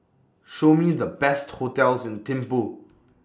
Show Me The Best hotels in Thimphu